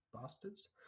bastards